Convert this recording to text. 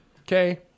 Okay